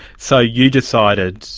so you decided,